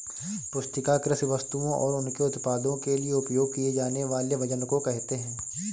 पुस्तिका कृषि वस्तुओं और उनके उत्पादों के लिए उपयोग किए जानेवाले वजन को कहेते है